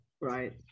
Right